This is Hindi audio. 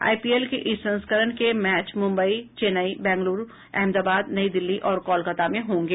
आईपीएल के इस संस्करण के मैच मुंबई चौन्नई बंगलुरू अहमदाबाद नई दिल्ली और कोलकाता में होंगे